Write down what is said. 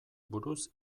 buruz